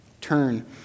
turn